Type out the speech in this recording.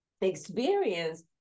experience